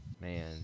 man